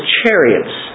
chariots